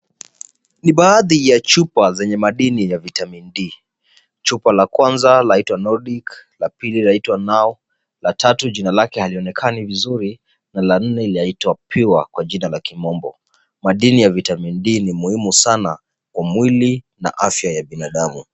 Ni baadhi ya chupa zenye madini ya vitamin D . Chupa la kwanza laitwa Nordic , la pili laitwa Now , la tatu jina lake halionekani vizuri na la nne laitwa Pure kwa jina la kimombo. Madini ya vitamin D ni muhimu sana kwa mwili na afya ya binadamu.